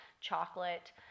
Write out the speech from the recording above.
chocolate